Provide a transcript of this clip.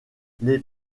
les